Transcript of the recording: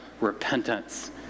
repentance